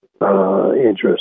interest